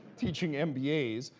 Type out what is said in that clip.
teaching mbas.